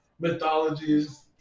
mythologies